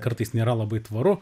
kartais nėra labai tvaru